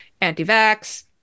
anti-vax